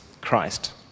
Christ